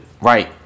Right